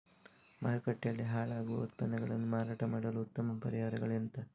ಮಾರುಕಟ್ಟೆಯಲ್ಲಿ ಹಾಳಾಗುವ ಉತ್ಪನ್ನಗಳನ್ನು ಮಾರಾಟ ಮಾಡಲು ಉತ್ತಮ ಪರಿಹಾರಗಳು ಎಂತ?